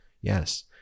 Yes